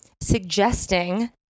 suggesting